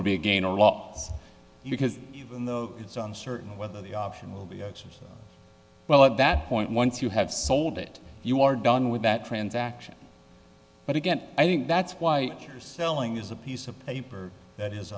would be a gain or loss because even though it's uncertain whether the auction will be edges well at that point once you have sold it you are done with that transaction but again i think that's why you're selling is a piece of paper that is